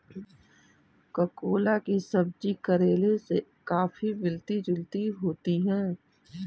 ककोला की सब्जी करेले से काफी मिलती जुलती होती है